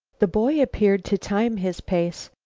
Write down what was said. the boy appeared to time his pace,